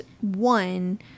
one